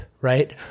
right